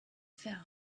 fell